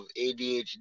ADHD